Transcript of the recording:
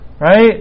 right